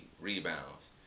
rebounds